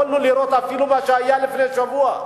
יכולנו לראות את מה שהיה לפני שבוע,